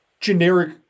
generic